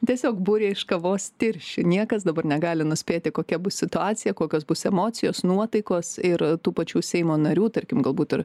tiesiog būrė iš kavos tirščių niekas dabar negali nuspėti kokia bus situacija kokios bus emocijos nuotaikos ir tų pačių seimo narių tarkim galbūt ir